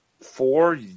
four